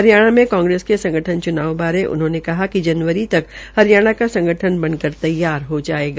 हरियाणा में कांग्रेस के संगठन च्नाव बारे उन्होने कहा कि जनवरी तक हरियाणा का संगठन बन कर तैयार हो जायेगा